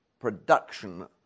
production